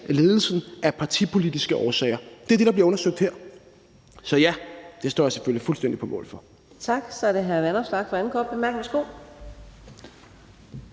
FE-ledelsen af partipolitiske årsager.« Det er det, der bliver undersøgt her. Så ja, det står jeg selvfølgelig fuldstændig på mål for.